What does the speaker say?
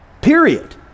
Period